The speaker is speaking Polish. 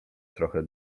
trochę